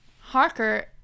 Harker